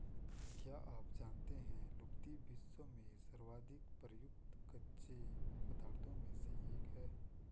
क्या आप जानते है लुगदी, विश्व में सर्वाधिक प्रयुक्त कच्चे पदार्थों में से एक है?